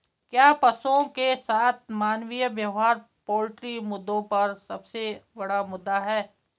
क्या पशुओं के साथ मानवीय व्यवहार पोल्ट्री मुद्दों का सबसे बड़ा मुद्दा है?